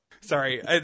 Sorry